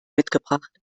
mitgebracht